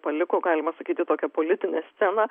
paliko galima sakyti tokią politinę sceną